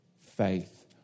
faith